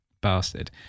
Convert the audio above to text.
bastard